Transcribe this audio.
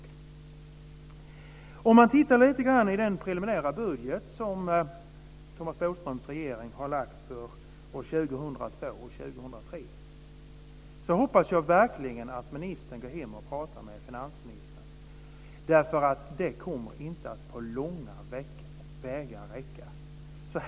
Efter att ha sett lite grann i den preliminära budget som Thomas Bodström och regeringen har lagt fram för åren 2002 och 2003 hoppas jag verkligen att ministern går tillbaka och pratar med finansministern. Det kommer inte på långa vägar att räcka.